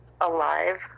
alive